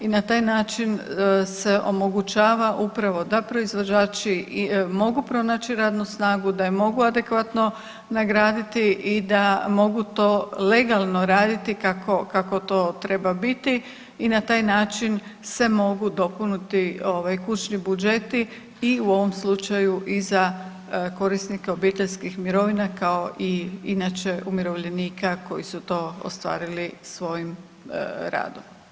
I na taj način se omogućava upravo da proizvođači i mogu pronaći radnu snagu, da je mogu adekvatno nagraditi i da mogu to legalno raditi kako to treba biti i na taj način se mogu dopuniti kućni ovaj budžeti i u ovom slučaju i za korisnike obiteljskih mirovina kao i inače umirovljenika koji su to ostvarili svojim radom.